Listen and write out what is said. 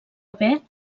haver